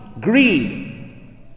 greed